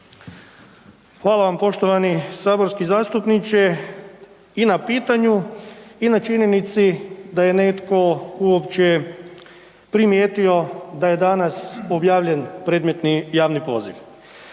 Hvala vam poštovani saborski zastupniče i na pitanju i na činjenici da je netko uopće primijetio da je danas objavljen predmetni javni poziv.